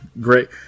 great